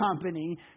company